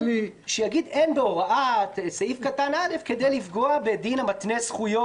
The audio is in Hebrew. שיגיד שאין בהוראת הסעיף כדי לפגוע בדין המתנה זכויות